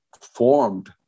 formed